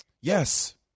Yes